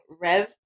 Rev